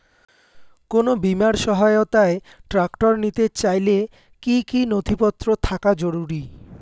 কোন বিমার সহায়তায় ট্রাক্টর নিতে চাইলে কী কী নথিপত্র থাকা জরুরি?